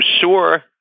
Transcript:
sure